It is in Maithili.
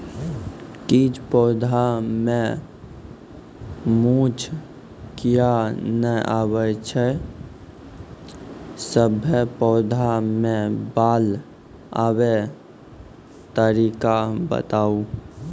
किछ पौधा मे मूँछ किये नै आबै छै, सभे पौधा मे बाल आबे तरीका बताऊ?